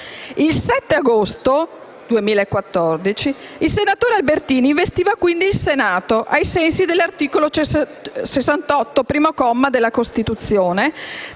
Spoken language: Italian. Il 7 agosto 2014 il senatore Albertini investiva quindi il Senato, ai sensi dell'articolo 68, primo comma, della Costituzione,